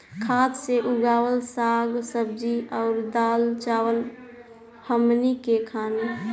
खाद से उगावल साग सब्जी अउर दाल चावल हमनी के खानी